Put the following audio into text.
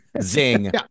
Zing